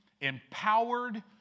Empowered